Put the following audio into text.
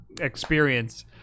experience